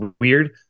weird